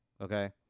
Okay